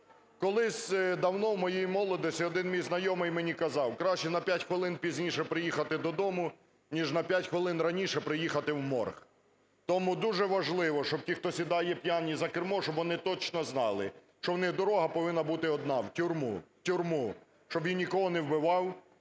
Колись давно в моїй молодості один мій знайомий мені казав, краще на п'ять хвилин пізніше приїхати додому, ніж на п'ять хвилин раніше приїхати у морг. Тому дуже важливо, щоб ті хто сідає п'яні за кермо, щоб вони точно знали, що у них дорога повинна бути одна в тюрму, в тюрму. Щоб він нікого не вбивав,